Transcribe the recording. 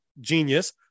genius